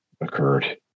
occurred